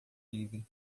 livre